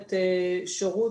שנותנת שירות